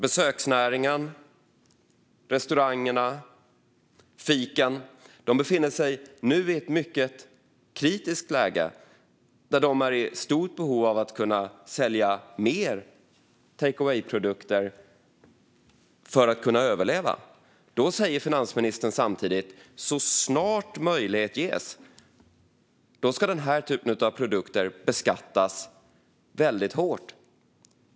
Besöksnäringen, restaurangerna och fiken befinner sig nu i ett mycket kritiskt läge, där de är i stort behov av att sälja mer takeaway-produkter för att kunna överleva. Då säger finansministern samtidigt: Så snart möjlighet ges ska den här typen av produkter beskattas väldigt hårt.